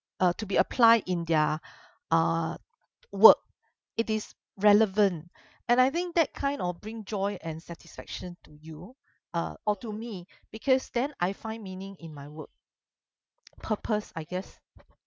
uh to be apply in their uh work it is relevant and I think that kind of bring joy and satisfaction to you uh or to me because then I find meaning in my work purpose I guess